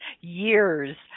years